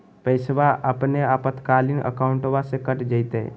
पैस्वा अपने आपातकालीन अकाउंटबा से कट जयते?